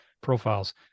Profiles